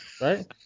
right